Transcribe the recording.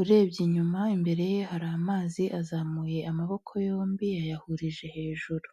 urebye inyuma, imbere ye hari amazi azamuye amaboko yombi yayahurije hejuru.